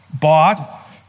bought